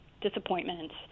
disappointments